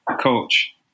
coach